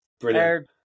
Brilliant